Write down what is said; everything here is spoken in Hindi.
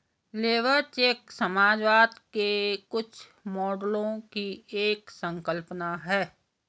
लेबर चेक समाजवाद के कुछ मॉडलों की एक संकल्पना है